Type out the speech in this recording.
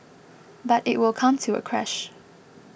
but it will come to a crash